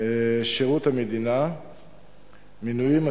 שירות המדינה (מינויים),